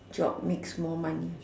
job makes more money